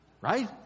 Right